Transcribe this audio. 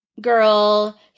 girl